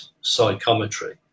psychometry